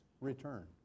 return